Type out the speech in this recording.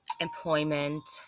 employment